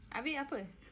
habis apa